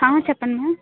హా చెప్పండి మ్యామ్